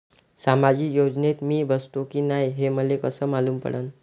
सामाजिक योजनेत मी बसतो की नाय हे मले कस मालूम पडन?